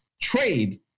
trade